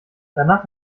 danach